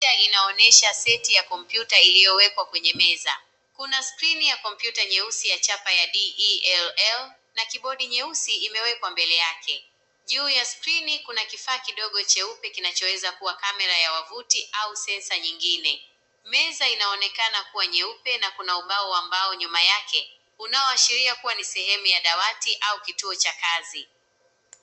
Picha inaonyesha seti ya kompyuta iliyowekwa kwenye meza. Kuna skrini ya kompyuta nyeusi ya chapa ya DELL na kibodi nyeusi imewekwa mbele yake. Juu ya skrini kuna kifaa kidogo cheupe kinachoweza kuwa kamera ya wavuti au sensor nyingine. Meza inaonekana kuwa nyeupe na kuna ubao wa mbao nyuma yake unaoashiria kuwa ni sehemu ya dawati au kituo cha kazi.